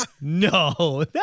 No